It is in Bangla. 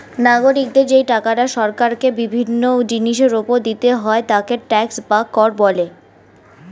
নাগরিকদের যেই টাকাটা সরকারকে বিভিন্ন জিনিসের উপর দিতে হয় তাকে ট্যাক্স বা কর বলে